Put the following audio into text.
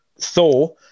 Thor